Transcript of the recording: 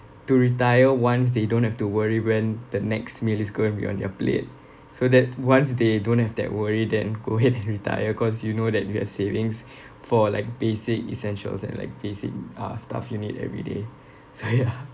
to retire once they don't have to worry when the next meal is going to be on their plate so that once they don't have that worry then go ahead and retire cause you know that you have savings for like basic essentials and like basic uh stuff you need everyday so ya